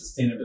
Sustainability